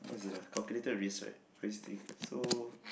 what is it ah calculated risk [right] so